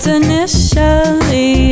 initially